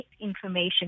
information